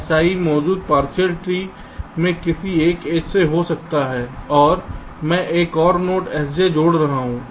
तो यह si मौजूदा पार्शियल ट्री में किसी एक एज से हो सकता है और मैं एक और नोड sj जोड़ रहा हूं